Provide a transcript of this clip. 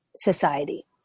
society